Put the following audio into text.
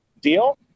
deal